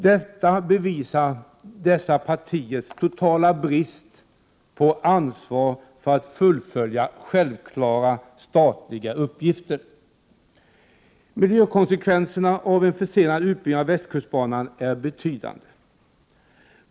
Detta bevisar dessa partiers totala brist på ansvar för att fullfölja självklara statliga uppgifter. Miljökonsekvenserna av en försenad utbyggnad av västkustbanan är betydande.